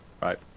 Right